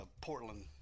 Portland